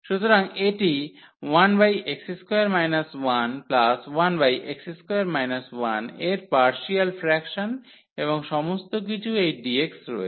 সুতরাং এটি 1x2 11x2 1 এর পার্শিয়াল ফ্র্যাকশন এবং সমস্ত কিছু এই dx রয়েছে